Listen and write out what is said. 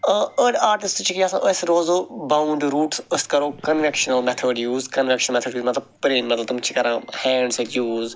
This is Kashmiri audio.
إں أڈٕۍ آرٹِسٹہٕ چھِ یژھان أسۍ روزو بوُنٚڈ روٗٹٕس أسۍ کرو conventional method use conventional method use مطلب پرٛٲنۍ میٚتھِڈ تِم چھِ کران ہینٛڈ سۭتۍ یوٗز